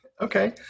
Okay